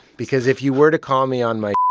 because if you were to call me on my,